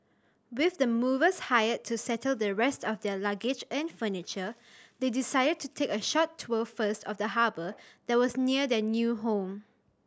with the movers hired to settle the rest of their luggage and furniture they decided to take a short tour first of the harbour that was near their new home